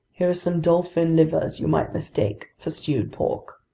here are some dolphin livers you might mistake for stewed pork.